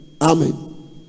Amen